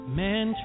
man